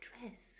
dress